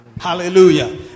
Hallelujah